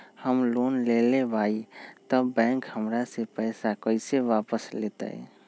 हम लोन लेलेबाई तब बैंक हमरा से पैसा कइसे वापिस लेतई?